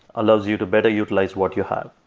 allows you to better utilize what you have.